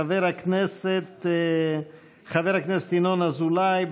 חבר הכנסת ינון אזולאי,